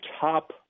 top